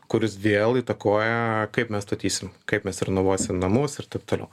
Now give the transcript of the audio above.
kuris vėl įtakoja kaip mes statysim kaip mes renovuosim namus ir taip toliau